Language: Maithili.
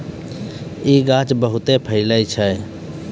इ गाछ बहुते फैलै छै